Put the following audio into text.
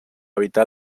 evitar